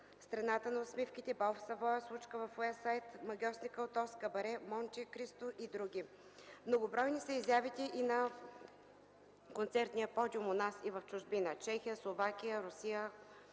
„Страната на усмивките”, „Бал в Савоя”, „Случка в Уест Сайд”, „Магьосникът от Оз”, „Кабаре”, „Монте Кристо” и други. Многобройни са изявите й на концертния подиум у нас и в чужбина – Чехия, Словакия, Русия,